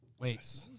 Wait